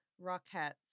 Rockettes